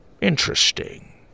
Interesting